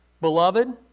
Beloved